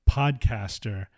podcaster